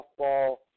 Softball